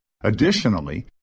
Additionally